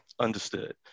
Understood